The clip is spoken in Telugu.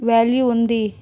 వాల్యూ ఉంది